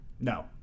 No